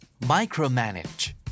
Micromanage